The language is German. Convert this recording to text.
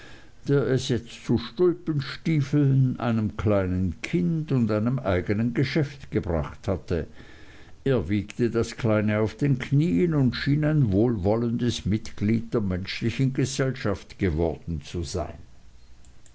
der es jetzt zu stulpenstiefeln einem kleinen kind und einem eignen geschäft gebracht hatte er wiegte das kleine auf den knieen und schien ein wohlwollendes mitglied der menschlichen gesellschaft geworden zu sein